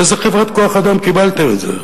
באיזה חברת כוח-אדם קיבלתם את זה,